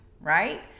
right